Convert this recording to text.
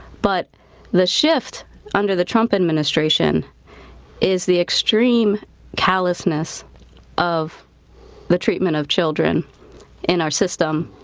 but the shift under the trump administration is the extreme callousness of the treatment of children in our system.